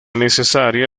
necesaria